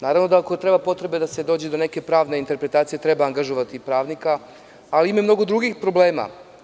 Naravno, da ako je potreba da se dođe do neke pravne interpretacije treba angažovati pravnika, ali ima mnogo drugih problema.